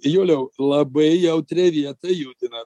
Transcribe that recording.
juliau labai jautrią vietą judinat